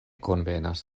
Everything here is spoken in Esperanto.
konvenas